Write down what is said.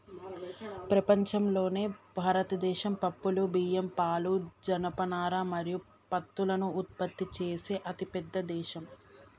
ప్రపంచంలోనే భారతదేశం పప్పులు, బియ్యం, పాలు, జనపనార మరియు పత్తులను ఉత్పత్తి చేసే అతిపెద్ద దేశం